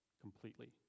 completely